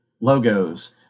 logos